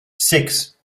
six